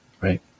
right